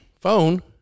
phone